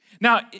Now